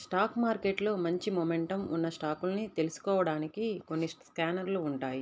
stock మార్కెట్లో మంచి momentum ఉన్న స్టాకుల్ని తెలుసుకోడానికి కొన్ని స్కానర్లు ఉంటాయ్